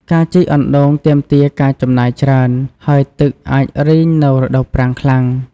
ការជីកអណ្ដូងទាមទារការចំណាយច្រើន ហើយទឹកអាចរីងនៅរដូវប្រាំងខ្លាំង។